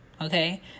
Okay